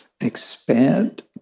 expand